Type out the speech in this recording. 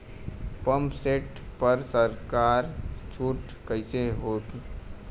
Pump set पर सरकार छूट कईसे होई?